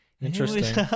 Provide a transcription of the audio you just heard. Interesting